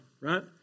right